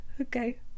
Okay